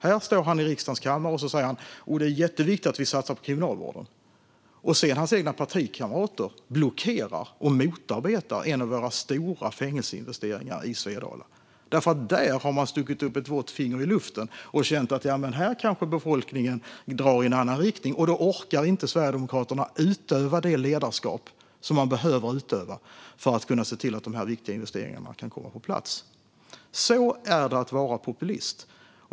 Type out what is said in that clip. Han står här i riksdagens kammare och säger att det är jätteviktigt att vi satsar på kriminalvården, och sedan blockerar och motarbetar hans egna partikamrater en av våra stora fängelseinvesteringar i Svedala. Där har man stuckit upp ett vått finger i luften och känt att befolkningen kanske drar i en annan riktning, och då orkar inte Sverigedemokraterna utöva det ledarskap som behöver utövas för att se till att dessa viktiga investeringar kommer på plats. Så är det att vara populist.